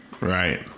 Right